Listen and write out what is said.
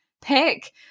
pick